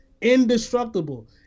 indestructible